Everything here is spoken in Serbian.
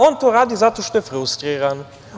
On to radi zato što je frustriran.